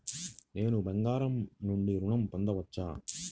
నేను బంగారం నుండి ఋణం పొందవచ్చా?